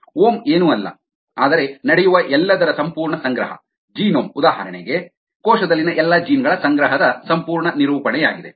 ohm ಏನೂ ಅಲ್ಲ ಆದರೆ ನಡೆಯುವ ಎಲ್ಲದರ ಸಂಪೂರ್ಣ ಸಂಗ್ರಹ ಜೀನೋಮ್ ಉದಾಹರಣೆಗೆ ಕೋಶದಲ್ಲಿನ ಎಲ್ಲಾ ಜೀನ್ ಗಳ ಸಂಗ್ರಹದ ಸಂಪೂರ್ಣ ನಿರೂಪಣೆಯಾಗಿದೆ